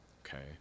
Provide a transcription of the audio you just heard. okay